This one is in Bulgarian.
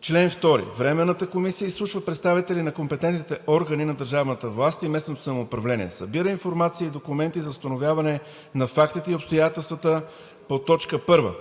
2. Временната комисия изслушва представители на компетентните органи на държавна власт и местно самоуправление, събира информация и документи за установяване на фактите и обстоятелствата по т. 1.